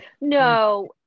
No